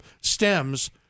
stems